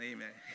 Amen